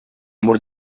mur